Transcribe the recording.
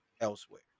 elsewhere